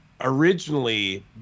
originally